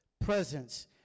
presence